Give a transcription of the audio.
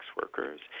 workers